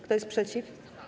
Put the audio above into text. Kto jest przeciw?